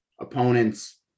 opponents